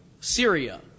Syria